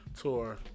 tour